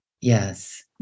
yes